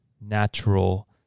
natural